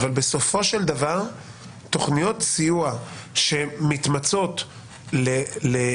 אבל בסופו של דבר תכניות סיוע שמתמצות לרווחה,